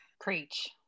Preach